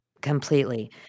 completely